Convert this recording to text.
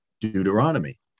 Deuteronomy